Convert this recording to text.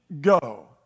Go